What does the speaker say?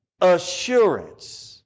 assurance